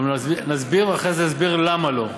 נסביר ואחרי זה נסביר למה לא.